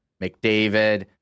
McDavid